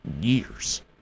years